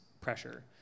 pressure